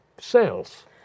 sales